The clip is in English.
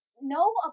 no